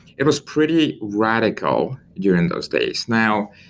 it was pretty radical during those days. now,